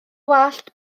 wallt